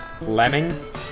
Lemmings